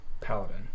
paladin